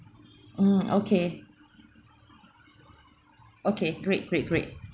mm okay okay great great great